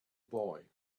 boy